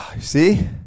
see